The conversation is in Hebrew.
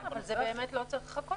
באמת לא צריך לחכות.